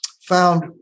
found